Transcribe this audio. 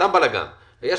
בעוד